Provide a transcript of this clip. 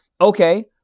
okay